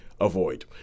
avoid